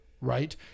right